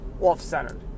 off-centered